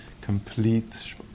Complete